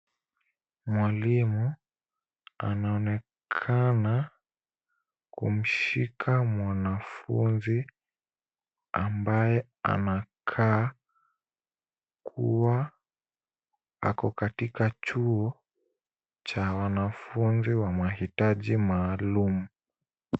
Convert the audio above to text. Mwalimu anaonekana kumshika mwanafunzi, ambaye anakaa kuwa ako katika chuo cha wanafunzi wa mahitaji maalum.